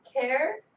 care